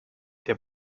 der